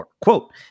Quote